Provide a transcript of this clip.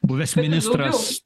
buvęs ministras